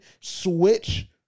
switch